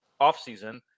offseason